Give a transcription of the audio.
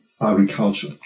agriculture